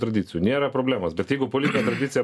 tradicijų nėra problemos bet jeigu politinė tradicija